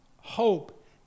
hope